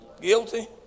guilty